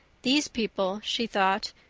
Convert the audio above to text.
these people, she thought,